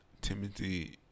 Timothy